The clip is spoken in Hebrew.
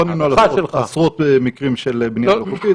פנינו על עשרות מקרים של בנייה לא חוקית.